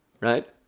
right